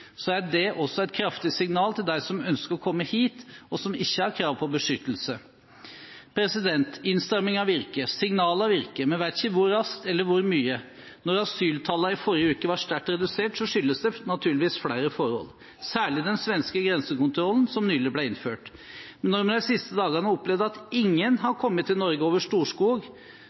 er det også et kraftig signal til dem som ønsker å komme hit og som ikke har krav på beskyttelse. Innstramminger virker. Signalene virker. Vi vet ikke hvor raskt eller hvor mye. Da asyltallene i forrige var sterkt redusert, skyldes det naturligvis flere forhold. Særlig den svenske grensekontrollen som nylig ble innført. Men når vi de siste dagene har opplevd at ingen har kommet til Norge over Storskog,